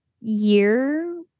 year